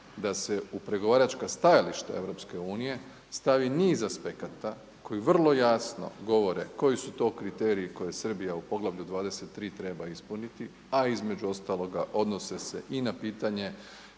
da se u pregovarača stajališta EU stavi niz aspekata koji vrlo jasno govore koji su to kriteriji koje Srbija u poglavlju 23 treba ispuniti, a između ostaloga odnose se i na pitanje